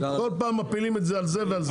כל פעם מפילים את זה על זה ועל זה.